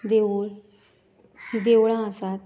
देवूळ देवळां आसात